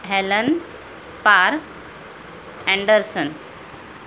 Helen Parr Anderson